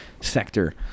sector